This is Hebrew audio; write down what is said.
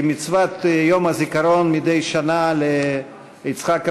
כמצוות יום הזיכרון הנערך מדי שנה ליצחק רבין,